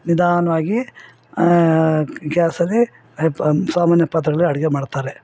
ನಿಧಾನ್ವಾಗಿ ಗ್ಯಾಸಲ್ಲಿ ಹೆ ಪ್ ಸಾಮಾನ್ಯ ಪಾತ್ರೆಗಳಲ್ಲಿ ಅಡಿಗೆ ಮಾಡ್ತಾರೆ